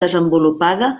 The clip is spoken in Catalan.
desenvolupada